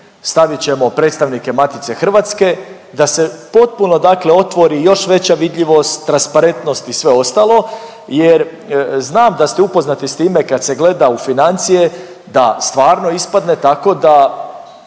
stavit ćemo predstavnike Matice hrvatske da se potpuno dakle otvori još veća vidljivost, transparentno i sve ostalo jer znam da ste upoznati s time kad se gleda u financije, da stvarno ispadne tako da